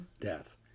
death